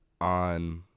on